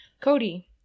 Cody